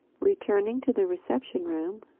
returning to the reception room,